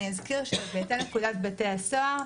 אני אזכיר שבהתאם לפקודת בתי הסוהר,